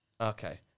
Okay